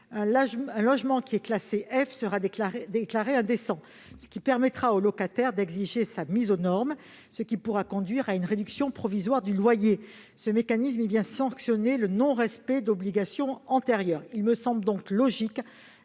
un logement qui est classé F sera déclaré indécent. Le locataire pourra ainsi exiger sa mise aux normes et obtenir une réduction provisoire du loyer. Ce mécanisme vient sanctionner le non-respect d'obligations antérieures. Il me semble donc logique